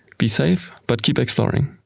be safe but keep exploring.